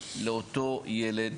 תומכת לאותו ילד,